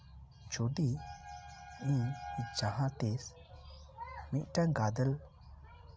ᱡᱩᱫᱤ ᱤᱧ ᱡᱟᱦᱟᱸ ᱛᱤᱥ ᱢᱤᱫᱴᱟᱝ ᱜᱟᱫᱮᱞ